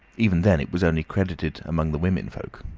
even then it was only credited among the women folk.